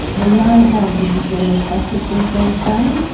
we know how busy general practice is these days,